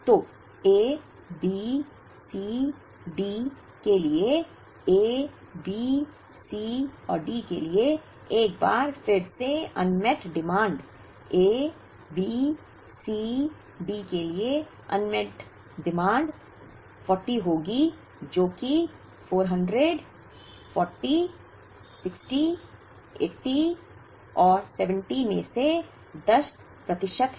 तो A B C D के लिए A B C और D के लिए एक बार फिर से Unmet demand A B C D के लिए Unmet डिमांड 40 होगी जो कि 400 40 60 80 और 70 में से 10 प्रतिशत है